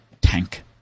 Tank